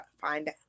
find